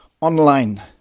online